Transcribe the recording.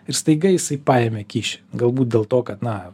ir staiga jisai paėmė kyšį galbūt dėl to kad na